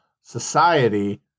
society